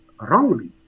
wrongly